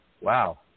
Wow